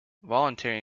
voluntary